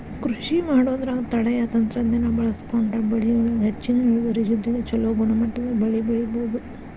ಕೃಷಿಮಾಡೋದ್ರಾಗ ತಳೇಯ ತಂತ್ರಜ್ಞಾನ ಬಳಸ್ಕೊಂಡ್ರ ಬೆಳಿಯೊಳಗ ಹೆಚ್ಚಿನ ಇಳುವರಿ ಜೊತೆಗೆ ಚೊಲೋ ಗುಣಮಟ್ಟದ ಬೆಳಿ ಬೆಳಿಬೊದು